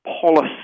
Policy